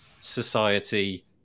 society